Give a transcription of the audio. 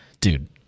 dude